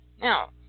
Now